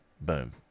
Boom